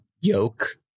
yoke